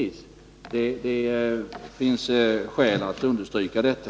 Det finns skäl att understryka detta.